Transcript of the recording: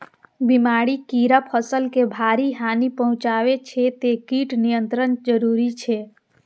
बीमारी, कीड़ा फसल के भारी हानि पहुंचाबै छै, तें कीट नियंत्रण जरूरी छै